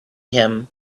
him